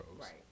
right